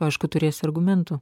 aišku turėsi argumentų